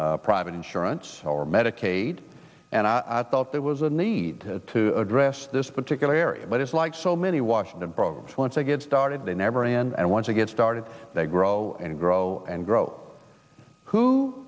private insurance or medicaid and i thought there was a need to address this particular area but it's like so many washington programs once they get started they never end once you get started they grow and grow and grow who